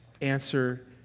answer